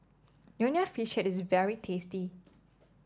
Nonya Fish Head is very tasty